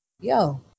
Yo